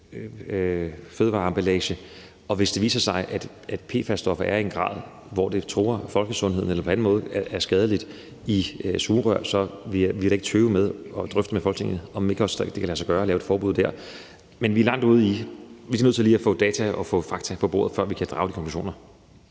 fødevareemballager, og hvis det viser sig, at PFAS er i sugerør i en grad, hvor det truer folkesundheden, så vil jeg da ikke tøve med også at drøfte med Folketinget, om det ikke kan lade sig gøre at lave et forbud der. Men vi er nødt til lige at få data og fakta på bordet, før vi kan drage konklusioner.